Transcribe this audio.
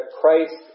Christ